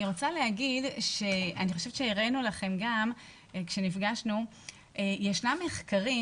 אני חושבת שהראינו לכם גם כשנפגשנו, ישנם מחקרים